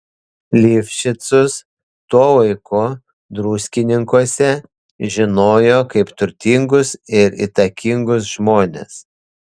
lifšicus tuo laiku druskininkuose žinojo kaip turtingus ir įtakingus žmones